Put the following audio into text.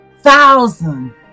thousand